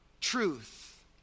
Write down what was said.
truth